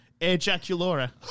Ejaculora